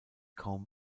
kaum